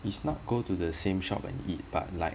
it's not go to the same shop and eat but like